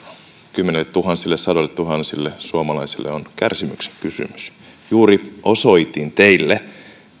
kymmenilletuhansille sadoilletuhansille suomalaisille on kärsimyksen kysymys juuri osoitin teille